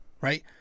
right